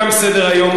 תם סדר-היום.